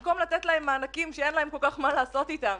במקום לתת להם מענקים שאין להם כל כך מה לעשות אתם,